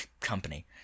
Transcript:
company